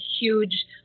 huge